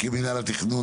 מנהל התכנון,